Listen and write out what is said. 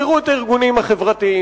תראו את הארגונים החברתיים,